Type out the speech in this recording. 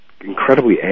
incredibly